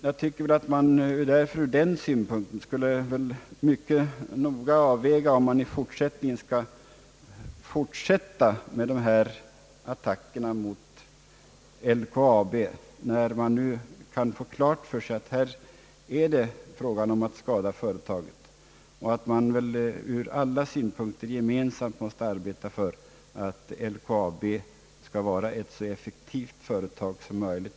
Jag tycker att man av den anledningen borde noga överväga om man skall fortsätta med dessa attacker mot LKAB då man nu har klart för sig att företaget härigenom skadas. Vi bör i stället gemensamt arbeta efter den linjen att LKAB skall vara ett så effektivt företag som möjligt.